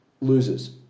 Losers